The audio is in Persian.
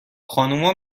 خانوما